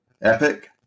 Epic